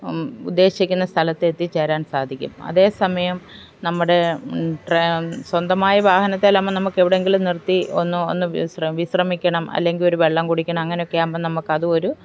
ഉദ്ദേശിച്ചിരിക്കുന്ന സ്ഥലത്തെത്തിച്ചേരാൻ സാധിക്കും അതേ സമയം നമ്മുടെ സ്വന്തമായ വാഹനത്തിലാകുമ്പം നമുക്കെവിടെയെങ്കിലും നിർത്തി ഒന്ന് ഒന്ന് വിശ്ര വിശ്രമിക്കണം അല്ലെങ്കിൽ ഒരു വെള്ളം കുടിക്കണം അങ്ങനെയൊക്കെ ആകുമ്പോൾ നമുക്കതുമൊരു